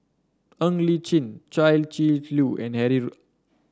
Ng Li Chin Chia Shi Lu and Harry Ord